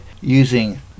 using